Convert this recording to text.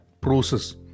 process